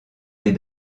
les